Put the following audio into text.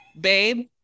Babe